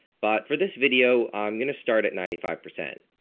but for this video i'm going to start at ninety-five percent.